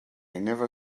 never